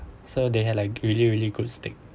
so they had like really really good steak